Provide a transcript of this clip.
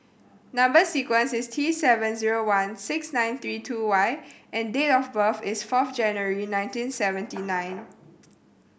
number sequence is T seven zero one six nine three two Y and date of birth is fourth January nineteen seventy nine